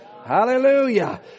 Hallelujah